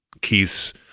Keith's